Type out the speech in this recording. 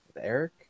Eric